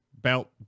belt